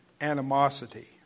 animosity